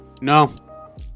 No